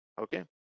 okay